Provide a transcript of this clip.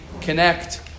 connect